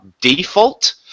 default